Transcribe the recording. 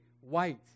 white